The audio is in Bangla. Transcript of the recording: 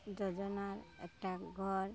যোজনার একটা ঘর